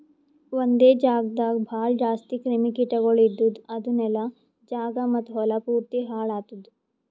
ಒಂದೆ ಜಾಗದಾಗ್ ಭಾಳ ಜಾಸ್ತಿ ಕ್ರಿಮಿ ಕೀಟಗೊಳ್ ಇದ್ದುರ್ ಅದು ನೆಲ, ಜಾಗ ಮತ್ತ ಹೊಲಾ ಪೂರ್ತಿ ಹಾಳ್ ಆತ್ತುದ್